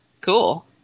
Cool